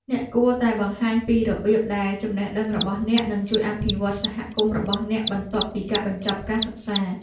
អ្នកគួរតែបង្ហាញពីរបៀបដែលចំណេះដឹងរបស់អ្នកនឹងជួយអភិវឌ្ឍសហគមន៍របស់អ្នកបន្ទាប់ពីបញ្ចប់ការសិក្សា។